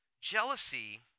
jealousy